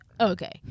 Okay